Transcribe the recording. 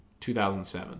2007